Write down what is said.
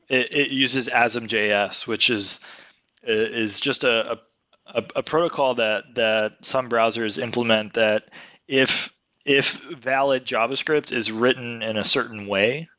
it it uses asm js, which is is just ah ah a protocol that that some browsers implement that if if valid javascript is written in a certain way,